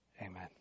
Amen